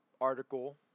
article